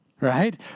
right